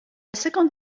cinquante